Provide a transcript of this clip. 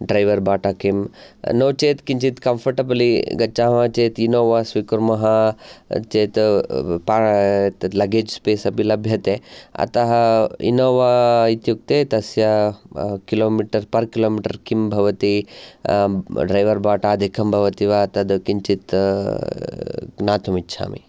driver बाट किं नो चेत् किञ्चित् कम्फर्टेबलि गच्छामः चेत् इनोवा स्वीकुर्मः चेत् तत् लागेज् स्पेस् अपि लभ्यते अतः ईनोवा इत्युक्ते तस्य किलोमीटर् पर् किलोमिटर् किं भवति ड्रौवर् बाटादिकं भवति वा तद् किञ्चित् ज्ञातुं इच्छामि